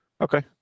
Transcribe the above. Okay